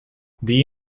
the